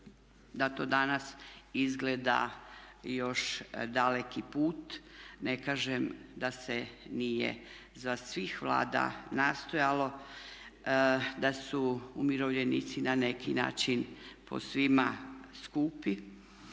da to danas izgleda još daleki put. Ne kažem da se nije za svih Vlada nastojalo, da su umirovljenici na neki način po svima skupi